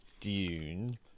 Dune